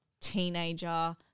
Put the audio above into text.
teenager